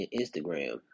Instagram